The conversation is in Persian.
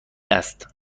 است